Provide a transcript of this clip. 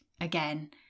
again